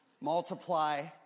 Multiply